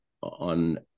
on